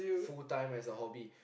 full time as a hobby